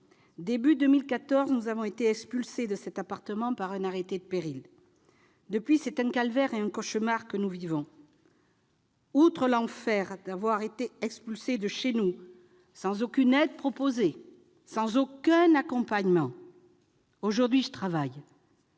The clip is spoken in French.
Début 2014, nous avons été expulsés de cet appartement par un arrêté de péril. [...] Depuis, c'est un calvaire, un cauchemar que nous vivons. Outre l'enfer d'avoir été expulsés de chez nous sans aucune aide proposée, sans aucun accompagnement. [...]« Aujourd'hui, je travaille,